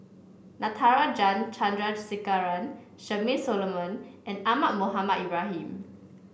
Natarajan Chandrasekaran Charmaine Solomon and Ahmad Mohamed Ibrahim